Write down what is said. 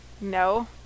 No